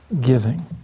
giving